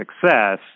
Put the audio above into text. success